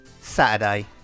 Saturday